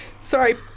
sorry